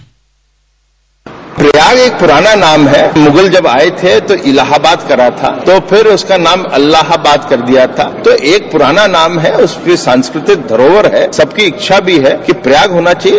bite Prayag एक पुराना नाम है मुगल जब आए थे तो इलाहाबाद करा था तो फिर उसका नाम अल्लाहाबाद कर दिया था तो एक पुराना नाम है उस की सांस्कृतिक धरोहर है सबकी इच्छा भी है कि प्रयाग होना चाहिए